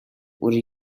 would